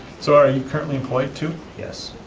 so are you currently employed too? yes.